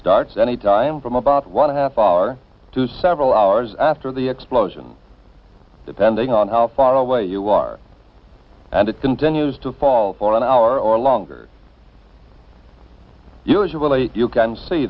starts any time from about one half hour to several hours after the explosion depending on how far away you are and it continues to fall for an hour or longer usually you can see